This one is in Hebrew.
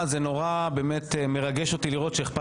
זה באמת נורא מרגש אותי לראות שאיכפת